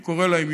אני קורא להם,